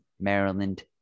Maryland